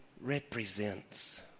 represents